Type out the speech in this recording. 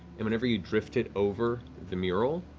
and whenever you drift it over the mural,